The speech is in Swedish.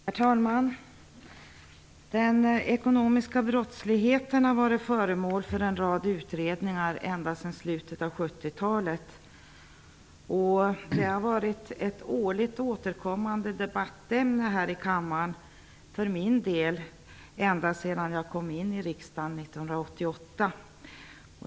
Herr talman! Den ekonomiska brottsligheten har varit föremål för en rad utredningar ända sedan slutet av 70-talet. Den har varit ett årligt återkommande debattämne här i kammaren, för min del sedan jag kom in i riksdagen 1988.